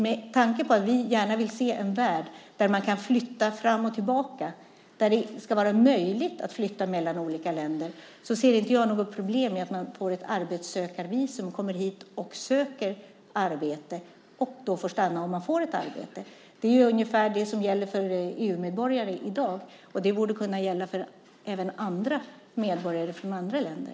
Med tanke på att vi gärna vill se en värld där man kan flytta fram och tillbaka, där det ska vara möjligt att flytta mellan olika länder, ser jag inte något problem med att människor får ett arbetssökarvisum, kommer hit och söker arbete och får stanna om de får ett arbete. Det är ungefär det som gäller för EU-medborgare i dag, och det borde kunna gälla även för andra medborgare från andra länder.